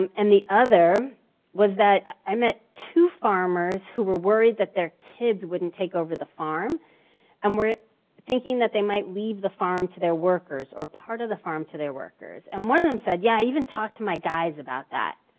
um and the other was that, i met two farmers who were worried that their kids wouldn't take over the farm and um were thinking that they might leave the farm to their workers, or part of the farm to their workers. and one of them said, yeah, i even talked to my guys about that.